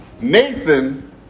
Nathan